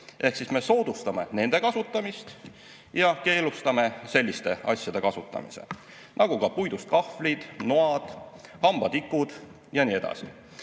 Ehk siis me soodustame nende kasutamist ja keelustame selliste asjade kasutamise, nagu ka puidust kahvlid, noad, hambatikud ja nii edasi.